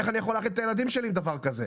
איך אני יכול להאכיל את הילדים שלי עם הדבר הזה?